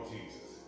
Jesus